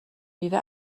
میوه